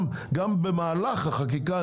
גם במהלך החקיקה?